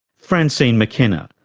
francine mckenna,